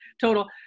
total